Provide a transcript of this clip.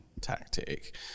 tactic